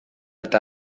eta